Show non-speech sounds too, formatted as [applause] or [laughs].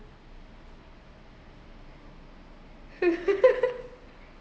[laughs]